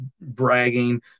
bragging